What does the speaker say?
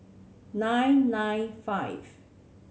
nine nine five